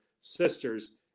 sisters